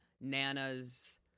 Nana's